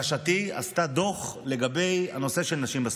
לבקשתי, עשתה דוח לגבי הנושא של נשים בספורט.